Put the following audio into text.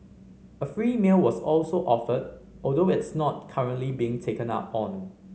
a free meal was also offered although it's not currently being taken up on